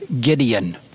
Gideon